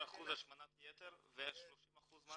12% השמנת יתר ו-30% מה?